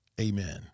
Amen